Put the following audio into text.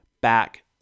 back